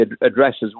addresses